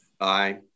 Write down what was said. aye